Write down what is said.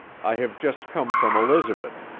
i have just come from elizabeth.